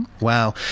Wow